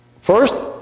First